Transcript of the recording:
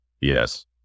Yes